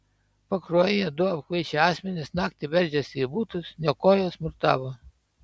pakruojyje du apkvaišę asmenys naktį veržėsi į butus niokojo smurtavo